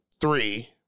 three